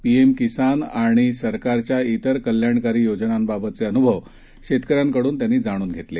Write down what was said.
PM किसानआणिसरकारच्याइतरकल्याणकारीयोजनांबाबतचेअनुभवशेतकऱ्यांकडूनत्यांनीजाणून घेतले